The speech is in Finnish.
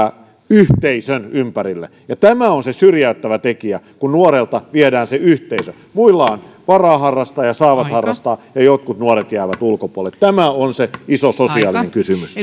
yhteisön ympärille niin tämä on se syrjäyttävä tekijä kun nuorelta viedään se yhteisö muilla on varaa harrastaa ja he saavat harrastaa ja jotkut nuoret jäävät ulkopuolelle tämä on se iso sosiaalinen kysymys